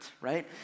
right